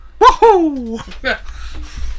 Woohoo